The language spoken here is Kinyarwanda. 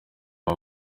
aba